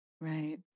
right